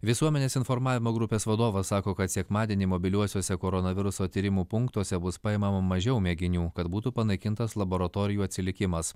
visuomenės informavimo grupės vadovas sako kad sekmadienį mobiliuosiuose koronaviruso tyrimų punktuose bus paimama mažiau mėginių kad būtų panaikintas laboratorijų atsilikimas